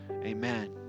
amen